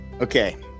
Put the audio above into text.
Okay